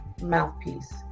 mouthpiece